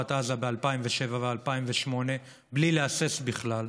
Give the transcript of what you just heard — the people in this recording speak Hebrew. ברצועת עזה ב-2007 ו-2008 בלי להסס בכלל,